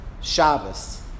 Shabbos